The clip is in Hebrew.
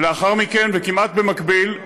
ולאחר מכן, וכמעט במקביל,